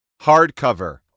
Hardcover